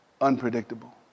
unpredictable